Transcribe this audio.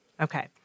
Okay